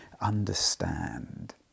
understand